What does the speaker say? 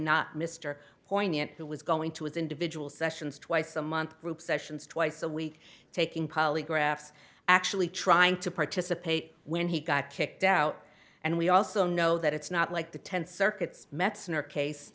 not mr poignant who was going to his individual sessions twice a month group sessions twice a week taking polygraphs actually trying to participate when he got kicked out and we also know that it's not like the tenth circuit's